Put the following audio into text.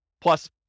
plus